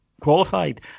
Qualified